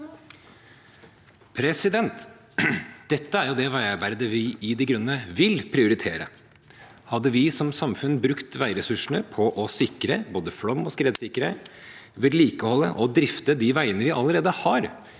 Dette er det veiarbeidet vi i De Grønne vil prioritere. Hadde vi som samfunn brukt veiressursene på å sikre, både flomog skredsikre, vedlikeholde og drifte de veiene vi allerede har,